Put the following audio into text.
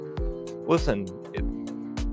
listen